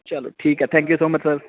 ਚਲੋ ਠੀਕ ਹੈ thank you so much sir